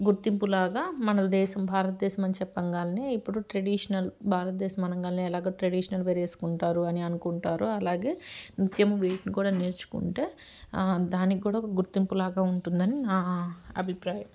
గుర్తింపులాగా మన దేశం భారతదేశం అని చెప్పంగానే ఇప్పుడు ట్రెడిషనల్ భారతదేశం అనంగానే ఎలాగ ట్రెడిషనల్ వేర్ వెసుకుంటారు అని అనుకుంటారో అలాగే నృత్యం వీటిని కూడా నేర్చుకుంటే దానికి కూడా ఒక గుర్తింపులాగా ఉంటుందని నా అభిప్రాయం